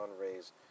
Ray's